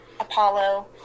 Apollo